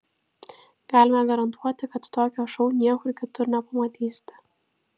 galime garantuoti kad tokio šou niekur kitur nepamatysite